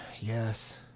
yes